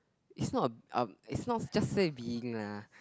it's not uh um it's not just say being lah